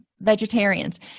Vegetarians